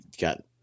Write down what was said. got